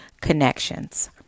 connections